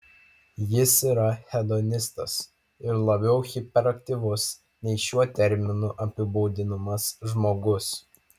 jis yra hedonistas ir labiau hiperaktyvus nei šiuo terminu apibūdinamas žmogus